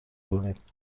کنید